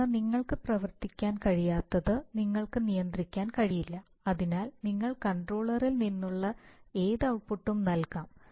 തുടർന്ന് നിങ്ങൾക്ക് പ്രവർത്തിക്കാൻ കഴിയാത്തത് നിങ്ങൾക്ക് നിയന്ത്രിക്കാൻ കഴിയില്ല അതിനാൽ നിങ്ങൾ കൺട്രോളറിൽ നിന്നുള്ള ഏത് ഔട്ട്പുട്ട് നൽകാം